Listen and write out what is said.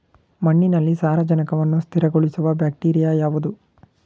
ಮಣ್ಣಿನಲ್ಲಿ ಸಾರಜನಕವನ್ನು ಸ್ಥಿರಗೊಳಿಸುವ ಬ್ಯಾಕ್ಟೀರಿಯಾ ಯಾವುದು?